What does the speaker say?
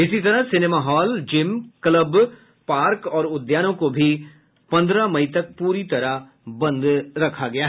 इसी तरह cinema hall gym club park और उद्यानों को भी पन्द्रह मई तक पूरी तरह बंद रहेंगे